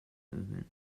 movement